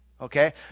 Okay